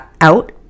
out